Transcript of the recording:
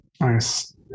Nice